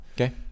okay